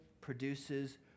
produces